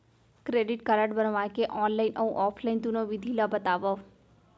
Credit card बनवाए के online अऊ ऑफलाइन दुनो विधि ला बतावव?